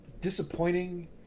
disappointing